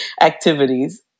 activities